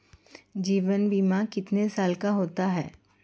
जीवन बीमा कितने साल का होता है?